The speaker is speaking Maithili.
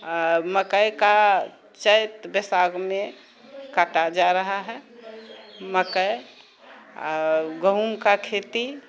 मकै का चैत बैसाखमे काटा जा रहा है मकै आ गहूँम का खेती